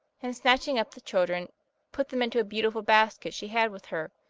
and snatching up the children put them into a beautiful basket she had with her,